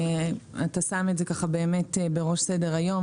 שאתה שם את זה בראש סדר היום,